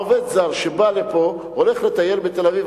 העובד הזר שבא לפה הולך לטייל בתל-אביב,